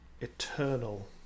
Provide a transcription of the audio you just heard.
eternal